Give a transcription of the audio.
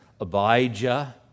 Abijah